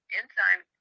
enzyme